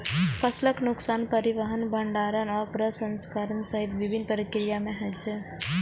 फसलक नुकसान परिवहन, भंंडारण आ प्रसंस्करण सहित विभिन्न प्रक्रिया मे होइ छै